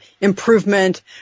improvement